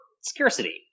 scarcity